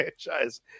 franchise